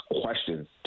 questions